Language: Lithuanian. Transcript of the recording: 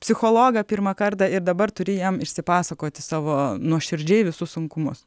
psichologą pirmą kartą ir dabar turi jam išsipasakoti savo nuoširdžiai visus sunkumus